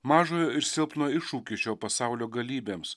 mažojo ir silpno iššūkį šio pasaulio galybėms